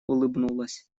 улыбнулась